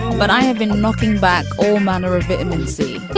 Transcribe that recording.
but i have been looking back all manner of vitamin c.